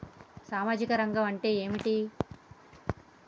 సామాజిక రంగం అంటే ఏమిటి?